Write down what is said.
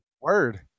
word